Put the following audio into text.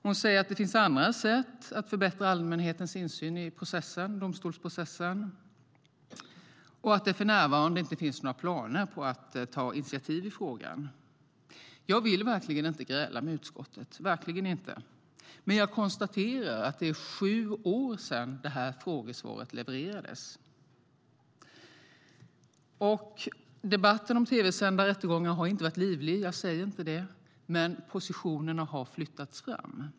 Hon säger att det finns andra sätt att förbättra allmänhetens insyn i domstolsprocessen och att det för närvarande inte finns några planer på att ta initiativ i frågan. Jag vill verkligen inte gräla med utskottet, men jag konstaterar att det är sju år sedan frågesvaret levererades. Debatten om tv-sända rättegångar har inte varit livlig - jag säger inte det - men positionerna har flyttats fram.